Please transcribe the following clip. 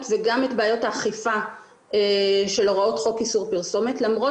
וגם את בעיות האכיפה של הוראות חוק איסור פרסומת למרות